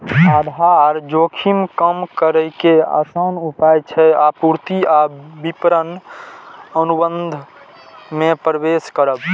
आधार जोखिम कम करै के आसान उपाय छै आपूर्ति आ विपणन अनुबंध मे प्रवेश करब